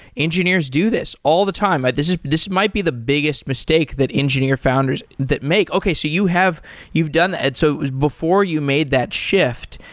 engineers do this all the time. but this this this might be the biggest mistake that engineer founders that make. okay, so you have you've done and that. before you made that shift,